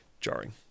jarring